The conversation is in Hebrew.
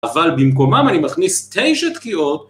אבל במקומם אני מכניס 9 תקיעות.